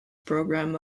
program